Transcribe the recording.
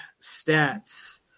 stats